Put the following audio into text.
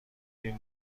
این